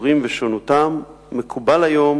היצורים ושונותם מקובל היום